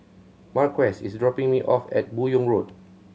Marquez is dropping me off at Buyong Road